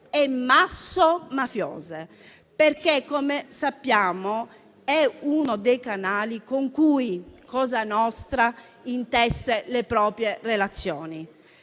e masso-mafiose, perché, come sappiamo, è uno dei canali con cui cosa nostra intesse le proprie relazioni.